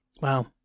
Wow